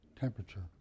temperature